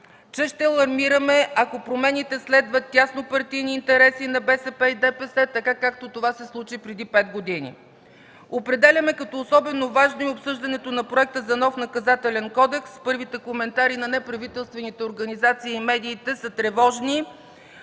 че ще алармираме, ако промените следват теснопартийни интереси на БСП и ДПС, както това се случи преди пет години. Определяме като особено важно и обсъждането на проекта за нов Наказателен кодекс. Първите коментари на неправителствените организации и медиите са тревожни.